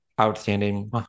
outstanding